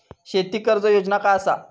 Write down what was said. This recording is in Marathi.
शेती कर्ज योजना काय असा?